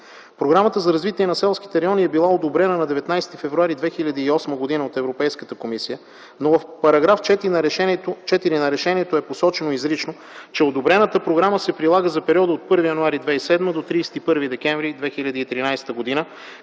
Програмата за развитие на селските райони е била одобрена на 19 февруари 2008 г. от Европейската комисия, но в § 4 на решението е посочено изрично, че одобрената програма се прилага за периода от 1 януари 2007 до 31 декември 2013 г.,